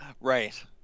Right